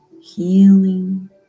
healing